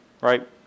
Right